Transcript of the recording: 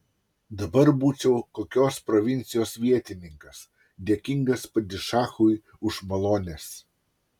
dabar būčiau kokios provincijos vietininkas dėkingas padišachui už malones